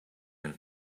and